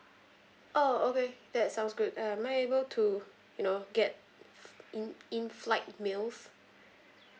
oh okay that sounds good uh am I able to you know get in in flight meals